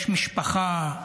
יש משפחה,